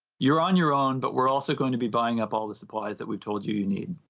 you're on your own, but we're also going to be buying up all the supplies that we told you you need.